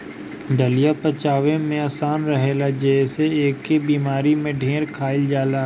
दलिया पचवला में आसान रहेला जेसे एके बेमारी में ढेर खाइल जाला